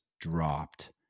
dropped